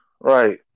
Right